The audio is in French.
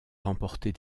remporter